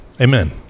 amen